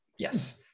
Yes